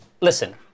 Listen